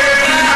שב.